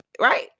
right